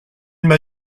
m’a